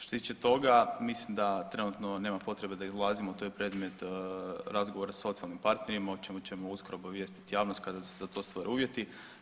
Što se tiče toga, mislim da trenutno nema potrebe da izlazimo, to je predmet razgovora sa socijalnim partnerima, o čemu ćemo uskoro obavijestiti javnost kada se za to stvore uvjeti.